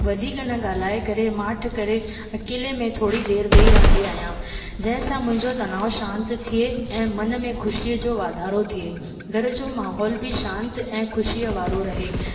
वधीक न ॻाल्हाए करे माठि करे ऐं किले में थोरी देरि वेही रहंदी आहियां जंहिंसां मुंहिंजो तनाव शांति थिए ऐं मन में ख़ुशीअ जो वाधारो थिए घर जो माहौल बि शांति ऐं ख़ुशीअ वारो रहे